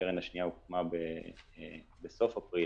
הקרן השנייה הוקמה בסוף אפריל,